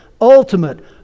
ultimate